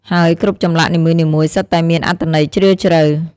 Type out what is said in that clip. ហើយគ្រប់ចម្លាក់នីមួយៗសុទ្ធតែមានអត្ថន័យជ្រាលជ្រៅ។